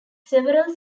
several